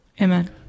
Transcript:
Amen